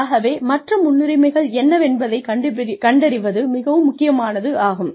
ஆகவே மற்ற முன்னுரிமைகள் என்னவென்பதை கண்டறிவது மிகவும் முக்கியமானதாகும்